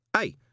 Hey